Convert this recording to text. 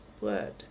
word